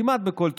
כמעט בכל תחום,